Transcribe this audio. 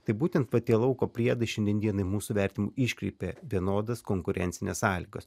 tai būtent pati lauko priedai šiandien dienai mūsų vertinimu iškreipia vienodas konkurencines sąlygas